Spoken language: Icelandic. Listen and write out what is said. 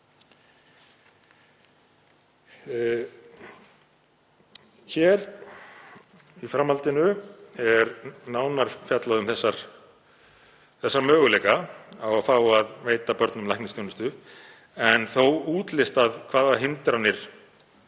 Í framhaldinu er nánar fjallað um möguleika á að fá að veita börnum læknisþjónustu en þó er útlistað hvaða hindranir